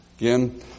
Again